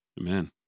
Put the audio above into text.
Amen